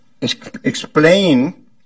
explain